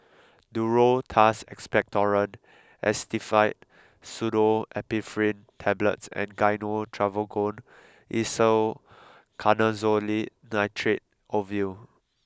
Duro Tuss Expectorant Actifed Pseudoephedrine Tablets and Gyno Travogen Isoconazole Nitrate Ovule